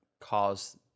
cause